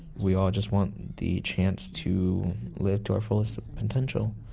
we all just want the chance to live to our fullest potential.